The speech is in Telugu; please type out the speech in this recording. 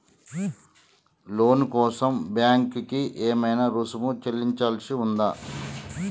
లోను కోసం బ్యాంక్ కి ఏమైనా రుసుము చెల్లించాల్సి ఉందా?